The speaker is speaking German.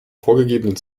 vorgegebenen